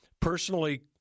personally